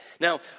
Now